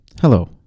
Hello